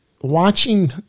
watching